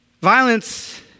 Violence